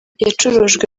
yaracurujwe